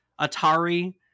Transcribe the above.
Atari